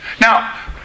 Now